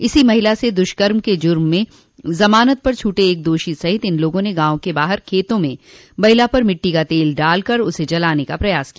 इसी महिला से दुष्कर्म के जुर्म में जमानत पर छूटे एक दोषी सहित इन लोगों ने गांव के बाहर खेतों में महिला पर मिट्टी का तेल डालकर जलाने का प्रयास किया